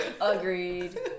Agreed